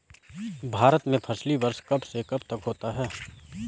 भारत में फसली वर्ष कब से कब तक होता है?